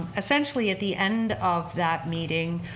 essentially at the end of that meeting,